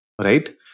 right